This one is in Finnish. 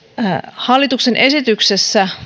hallituksen esityksessä